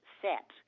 set